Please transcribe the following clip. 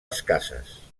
escasses